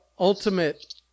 ultimate